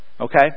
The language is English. Okay